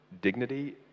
dignity